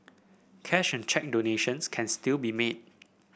cash and cheque donations can still be made